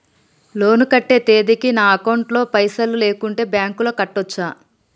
Loan కట్టే తేదీకి నా అకౌంట్ లో పైసలు లేకుంటే బ్యాంకులో కట్టచ్చా?